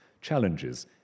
challenges